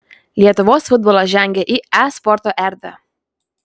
lietuvos futbolas žengia į e sporto erdvę